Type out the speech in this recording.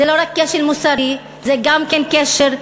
זה לא רק כשל מוסרי, זה גם כשל לוגי.